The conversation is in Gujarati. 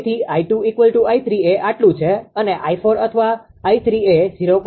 તેથી 𝐼2 𝑖3 એ આટલું છે અને 𝑖4 અથવા 𝐼3 એ 0